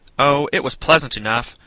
oh, it was pleasant enough,